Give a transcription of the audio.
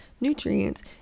nutrients